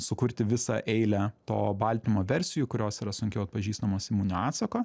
sukurti visą eilę to baltymo versijų kurios yra sunkiau atpažįstamos imuninio atsako